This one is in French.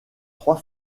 trois